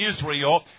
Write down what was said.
Israel